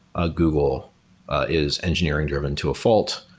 ah google is engineering driven to a fault.